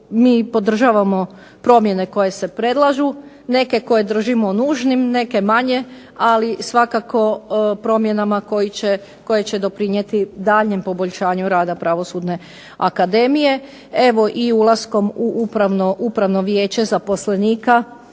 mi podržavamo promjene koje se predlažu. Neke koje držimo nužnim, neke manje ali svakako promjenama koje će doprinijeti daljnjem poboljšanju rada Pravosudna akademije. Evo i ulaskom u Upravno vijeće zaposlenika